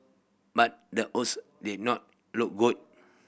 but the odds did not look good